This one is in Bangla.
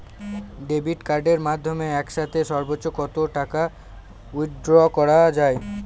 ডেবিট কার্ডের মাধ্যমে একসাথে সর্ব্বোচ্চ কত টাকা উইথড্র করা য়ায়?